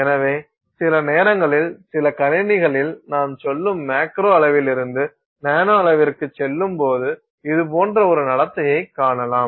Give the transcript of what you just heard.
எனவே சில நேரங்களில் சில கணினிகளில் நாம் சொல்லும் மேக்ரோ அளவிலிருந்து நானோ அளவிற்குச் செல்லும்போது இது போன்ற ஒரு நடத்தையை காணலாம்